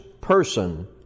person